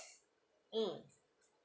mm